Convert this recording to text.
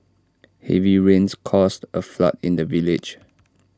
heavy rains caused A flood in the village